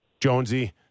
Jonesy